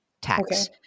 tax